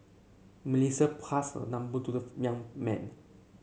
Melissa passed her number to the young man